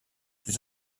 plus